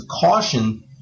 caution